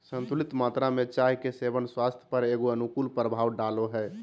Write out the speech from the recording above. संतुलित मात्रा में चाय के सेवन स्वास्थ्य पर एगो अनुकूल प्रभाव डालो हइ